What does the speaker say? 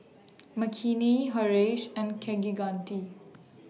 Makini Haresh and Kaneganti